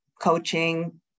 coaching